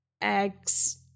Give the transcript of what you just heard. eggs